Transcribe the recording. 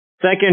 second